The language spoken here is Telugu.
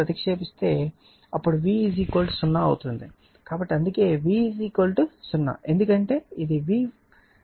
కాబట్టి అందుకే V 0 ఎందుకంటే ఇది V వక్రరేఖ కాబట్టి V 0